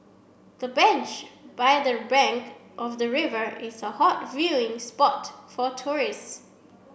the bench by the bank of the river is a hot viewing spot for tourists